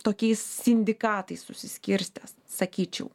tokiais sindikatais susiskirstęs sakyčiau